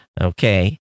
okay